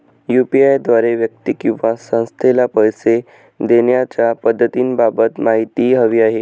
UPI द्वारे व्यक्ती किंवा संस्थेला पैसे देण्याच्या पद्धतींबाबत माहिती हवी आहे